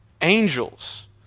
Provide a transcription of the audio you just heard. angels